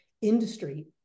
industry